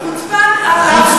חוצפן.